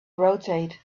rotate